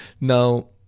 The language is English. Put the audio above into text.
Now